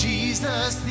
Jesus